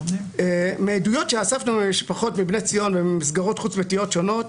מעדויות שאספנו ממשפחות מבני ציון וממסגרות חוץ-ביתיות שונות,